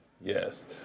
Yes